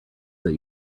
that